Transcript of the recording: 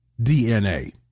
DNA